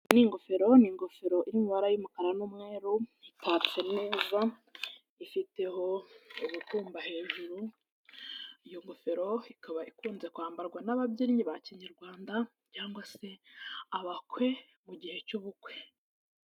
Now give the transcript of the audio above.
Iyi ni ingofero ni ingofero iri mu mabara y'umukara n'umweru, itatse neza ifiteho ubutumba hejuru, iyo ngofero ikaba ikunze kwambarwa n'ababyinnyi ba Kinyarwanda cyangwa se abakwe mu gihe cy'ubukwe.